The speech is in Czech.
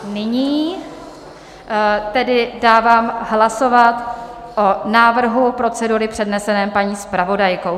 Nyní dávám hlasovat o návrhu procedury předneseném paní zpravodajkou.